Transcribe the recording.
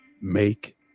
make